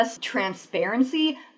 Transparency